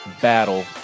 Battle